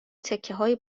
تکههای